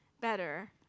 better